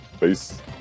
Peace